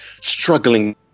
struggling